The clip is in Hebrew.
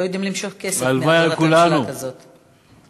לא יודעים למשוך כסף, הלוואי על כולנו כזו תוכנית.